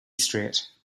straight